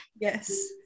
Yes